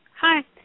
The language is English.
Hi